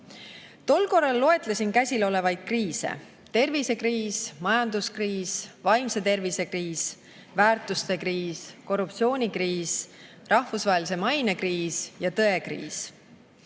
Tol korral loetlesin käsilolevaid kriise: tervisekriis, majanduskriis, vaimse tervise kriis, väärtuste kriis, korruptsioonikriis, rahvusvahelise maine kriis ja tõekriis. Tõekriis